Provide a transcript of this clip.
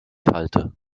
halte